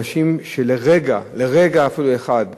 אנשים שאפילו לא רגע אחד,